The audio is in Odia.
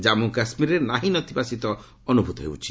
ଜାମ୍ମୁ କାଶ୍ମୀରରେ ନାହିଁନଥିବା ଶୀତ ଅନୁଭ୍ରତ ହେଉଛି